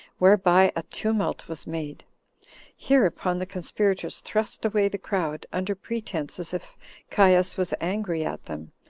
whereby a tumult was made hereupon the conspirators thrust away the crowd, under pretense as if caius was angry at them,